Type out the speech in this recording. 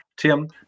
Tim